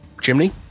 chimney